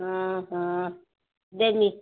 ହଁ ହଁ ଦେଲି